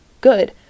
good